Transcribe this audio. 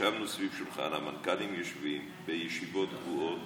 ישבנו סביב שולחן והמנכ"לים יושבים בישיבות קבועות